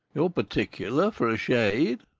you're particular, for a shade.